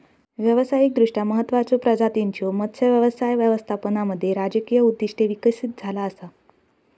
व्यावसायिकदृष्ट्या महत्त्वाचचो प्रजातींच्यो मत्स्य व्यवसाय व्यवस्थापनामध्ये राजकीय उद्दिष्टे विकसित झाला असा